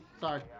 Sorry